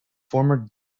former